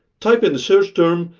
type in the search term,